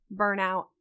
burnout